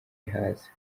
ihaze